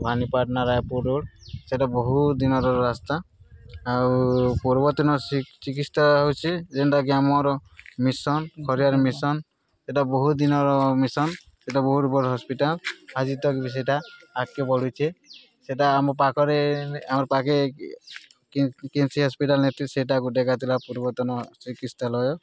ପାନିପାଟନା Raipur road ସେଟା ବହୁତ ଦିନର ରାସ୍ତା ଆଉ ପୂର୍ବତନ ଚିକିତ୍ସା ହେଉଛିି ଯେନ୍ଟାକି ଆମର ମିଶନ୍ ଖରିଆର ମିଶନ୍ ସେଟା ବହୁ ଦିନର ମିଶନ୍ ସେଟା ବହୁତ ବଡ଼ ହସ୍ପିଟାଲ ଆଜି ତକ ବି ସେଟା ଆଗକେ ବଢ଼ୁଛେ ସେଟା ଆମ ପାଖରେ ଆମର ପାଖେ କେସି ହସ୍ପିଟାଲ ନେଇଥିଲେ ସେଇଟା ଗୋଟେ ଏକା ଥିଲା ପୂର୍ବତନ ଚିକିତ୍ସାଳୟ